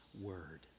word